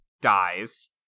dies